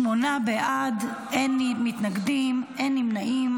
שמונה בעד, אין מתנגדים, אין נמנעים.